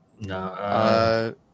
no